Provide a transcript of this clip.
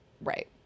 Right